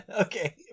Okay